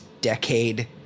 decade